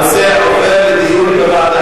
הנושא עובר לדיון בוועדה.